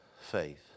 faith